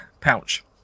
pouch